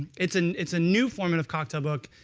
it's and it's a new format of cocktail book.